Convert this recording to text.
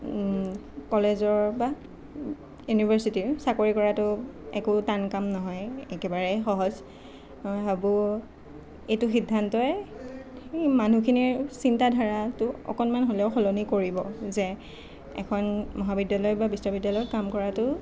কলেজৰ বা ইউনিভাৰ্চিটিৰ চাকৰি কৰাটো একো টান কাম নহয় একেবাৰে সহজ মই ভাবোঁ এইটো সিদ্ধান্তই সেই মানুহখিনিৰ চিন্তাধাৰাটো অকণমান হ'লেও সলনি কৰিব যে এখন মহাবিদ্যালয় বা বিশ্ববিদ্যালয়ত কাম কৰাটো